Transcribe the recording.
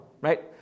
Right